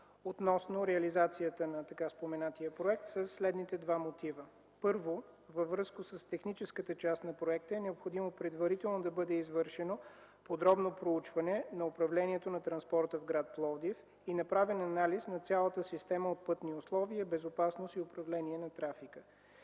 относно реализацията на така споменатия проект със следните два мотива: Първо, във връзка с техническата част на проекта е необходимо предварително да бъде извършено подробно проучване на управлението на транспорта в гр. Пловдив и направен анализ на цялата система от пътни условия, безопасност и управление на трафика.